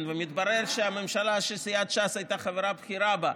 ומתברר שהממשלה, שסיעת ש"ס הייתה חברה בכירה בה,